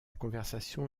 conversation